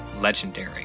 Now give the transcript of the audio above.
legendary